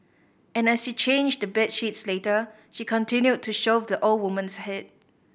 and as she changed the bed sheets later she continued to shove the old woman's head